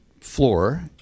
floor